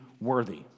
worthy